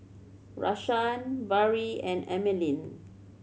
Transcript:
Rashaan Barrie and Emeline